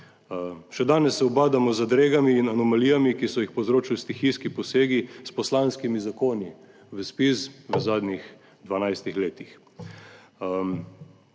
Še danes se ubadamo z zadregami in anomalijami, ki so jih povzročili stihijski posegi s poslanskimi zakoni v ZPIZ v zadnjih 12 letih.